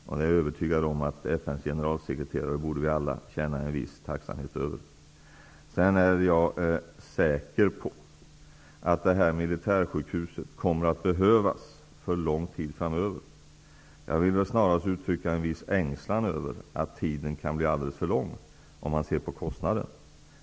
Jag är övertygad om att vi alla borde känna en viss tacksamhet över FN:s generalsekreterare. Jag är säker på att militärsjukhuset kommer att behövas för lång tid framöver. Jag vill snarast uttrycka en viss ängslan över att tiden kan bli alldeles för lång, om man ser till kostnaden.